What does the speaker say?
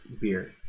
beer